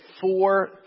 four